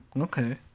Okay